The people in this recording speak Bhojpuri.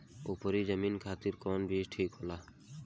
उपरी जमीन खातिर कौन बीज ठीक होला?